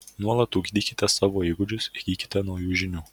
nuolat ugdykite savo įgūdžius įgykite naujų žinių